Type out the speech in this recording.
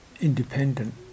independent